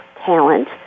talent